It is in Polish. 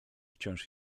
wciąż